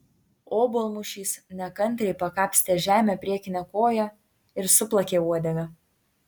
obuolmušys nekantriai pakapstė žemę priekine koja ir suplakė uodega